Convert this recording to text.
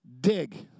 dig